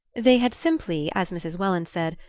they had simply, as mrs. welland said,